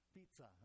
Pizza